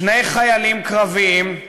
שני חיילים קרביים,